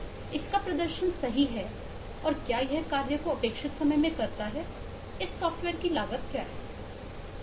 इसका प्रदर्शन सही है और क्या यह है कार्य को अपेक्षित समय में करता है इस सॉफ्टवेयर की लागत क्या है